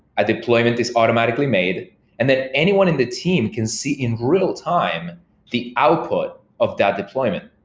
a deployment is automatically made and that anyone in the team can see in real-time the output of that deployment.